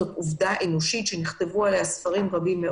זאת עובדה אנושית שנכתבו עליה ספרים רבים.